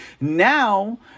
Now